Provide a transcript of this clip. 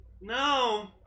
No